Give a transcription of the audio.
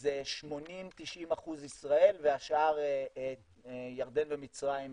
זה 90%-80% ישראל והשאר ירדן ומצרים בקטנה.